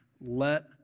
let